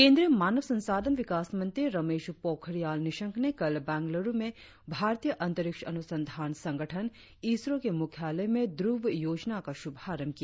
केंद्रीय मानव संसाधन विकास मंत्री रमेश पोखरियाल निशंक ने कल बंगलूरु में भारतीय अंतरिक्ष अनुसंधान संगठन इसरो के मुख्यालय में ध्रुव योजना का शुभारंभ किया